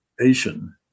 Asian